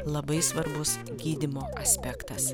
labai svarbus gydymo aspektas